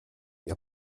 ihr